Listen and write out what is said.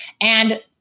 And-